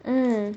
mm